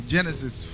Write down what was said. Genesis